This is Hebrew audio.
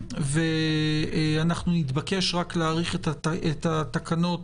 ואנחנו נתבקש רק להאריך את התקנות